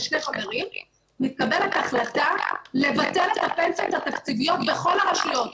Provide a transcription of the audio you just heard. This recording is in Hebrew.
שני חברים מתקבלת החלטה לבטל את הפנסיות התקציביות בכל הרשויות.